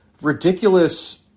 ridiculous